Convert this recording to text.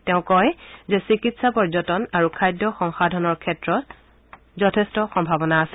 তেওঁ কয় যে চিকিৎসা পৰ্যটন আৰু খাদ্য সংশাধনৰ ক্ষেত্ৰত যথেষ্ট সম্ভাৱনা আছে